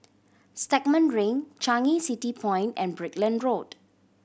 Stagmont Ring Changi City Point and Brickland Road